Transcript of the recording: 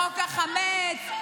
בחוק החמץ,